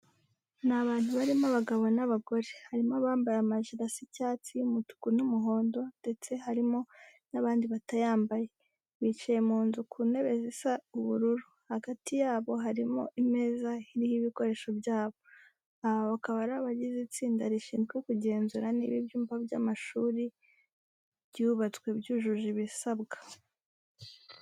Ni abantu harimo abagabo n'abagore, harimo abambaye amajire asa icyatsi, umutuku n'umuhondo ndetse harimo n'abandi batayambaye. Bicaye mu nzu ku ntebe zisa ubururu, hagati yabo harimo imeza iriho ibikoresho byabo. Aba bakaba ari abagize itsinda rishinzwe kugenzura niba ibyumba by'amashuri byubatswe byujuje ibisabwa.